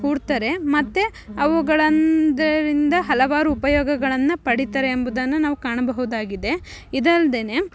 ಹೂಡ್ತಾರೆ ಮತ್ತು ಅವುಗಳಂದರಿಂದ ಹಲವಾರು ಉಪಯೋಗಗಳನ್ನು ಪಡೀತಾರೆ ಎಂಬುದನ್ನು ನಾವು ಕಾಣಬಹುದಾಗಿದೆ ಇದಲ್ದೇ